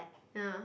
ya